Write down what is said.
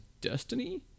Destiny